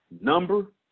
number